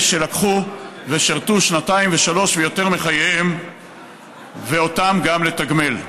שלקחו ושירתו שנתיים ושלוש ויותר מחייהם ואותם לתגמל.